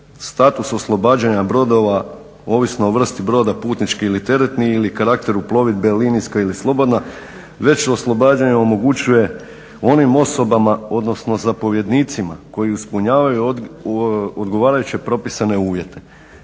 status oslobađanja brodova, ovisno o vrsti broda, putnički ili teretni ili karakteru plovidbe linijska ili slobodna već oslobađanje omogućuje onim osobama, odnosno zapovjednicima koji ispunjavaju odgovarajuće propisane uvjete.